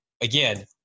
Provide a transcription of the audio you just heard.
again